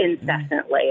incessantly